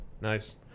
Nice